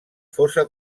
fossa